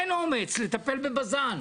אין אומץ לטפל בבז"ן.